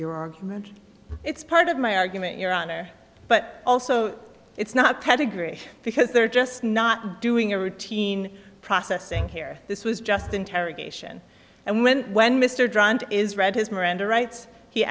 your argument it's part of my argument your honor but also it's not pedigree because they're just not doing a routine processing here this was just interrogation and when when mr drummond is read his miranda rights he